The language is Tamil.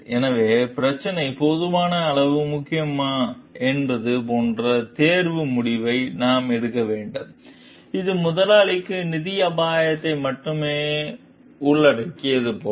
எனவே பிரச்சினை போதுமான அளவு முக்கியமா என்பது போன்ற தேர்வு முடிவை நாம் எடுக்க வேண்டும் இது முதலாளிக்கு நிதி அபாயத்தை மட்டுமே உள்ளடக்கியது போல